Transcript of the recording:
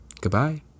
Goodbye